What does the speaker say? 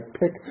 pick